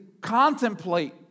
contemplate